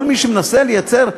כל מי שמנסה לייצר,